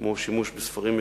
כמו שימוש בספרים משומשים,